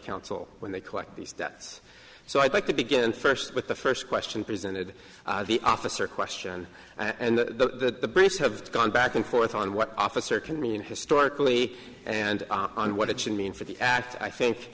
counsel when they collect these debts so i'd like to begin first with the first question presented the officer question and the brits have gone back and forth on what officer can mean historically and on what it should mean for the act i think